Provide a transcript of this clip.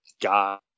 god